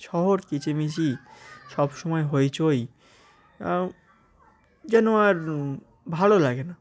শহর কিচিরমিচির সবসময় হইচই যেন আর ভালো লাগে না